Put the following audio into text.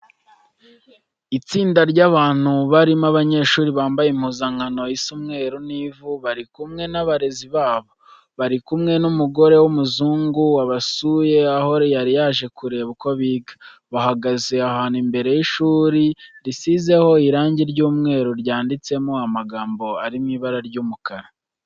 Itsinda ry'abantu barimo abanyeshuri bambaye impuzankano isa umweru n'ivu bari kumwe n'abarezi babo. Bari kumwe n'umugore w'umuzungu wabasuye aho yari yaje kureba uko biga. Bahagaze ahantu imbere y'ishuri risizeho irange ry'umweru ryanditsemo amagambo ari mu ibara ry'umukara.